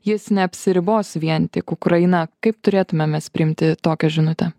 jis neapsiribos vien tik ukraina kaip turėtume mes priimti tokią žinutę